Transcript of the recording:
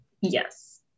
Yes